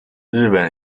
日本